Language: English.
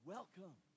Welcome